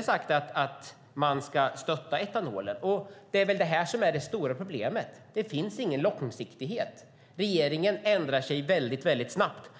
sagt att man ska stötta etanolen. Det stora problemet är att det inte finns någon långsiktighet. Regeringen ändrar sig väldigt snabbt.